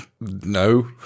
No